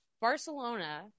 barcelona